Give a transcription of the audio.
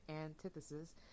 antithesis